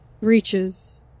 reaches